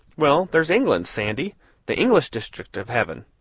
well, there's england, sandy the english district of heaven.